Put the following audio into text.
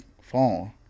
phone